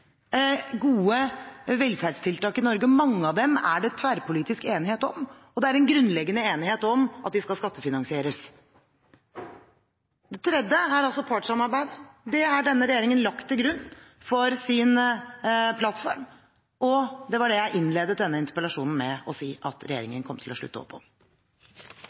gode velferdstiltak i Norge, og mange av dem er det tverrpolitisk enighet om, og det er en grunnleggende enighet om at de skal skattefinansieres. Den tredje pilaren er partssamarbeidet. Det har denne regjeringen lagt til grunn for sin plattform. Og det var det jeg innledet denne interpellasjonen med å si, at regjeringen kommer til å slutte opp om